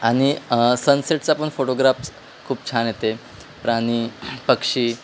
आणि सनसेटचा पण फोटोग्राफ्स खूप छान येते प्राणी पक्षी